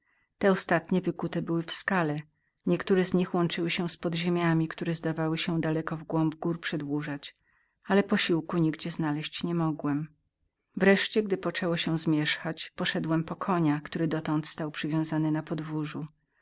ostatnie wykute były w skale niektóre z nich łączyły się z podziemiami które zdawały się daleko w głąb gór przedłużać ale posiłku nigdzie znaleźć nie mogłem wreszcie gdy poczęło się zmierzchać poszedłem po konia który dotąd przywiązany stał na podwórzu